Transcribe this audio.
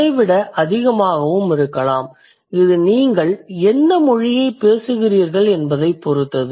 அதை விட அதிகமாகவும் இருக்கலாம் இது நீங்கள் எந்த மொழியைப் பேசுகிறீர்கள் என்பதைப் பொறுத்தது